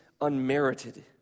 unmerited